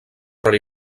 però